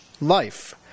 life